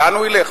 לאן הוא ילך?